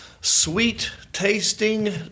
sweet-tasting